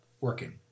working